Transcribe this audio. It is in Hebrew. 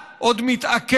אני יודע שיש מקרים של רצח,